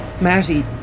Matty